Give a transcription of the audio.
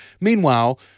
meanwhile